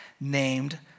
Named